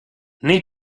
nei